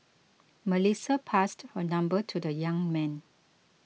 Melissa passed her number to the young man